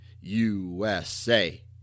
USA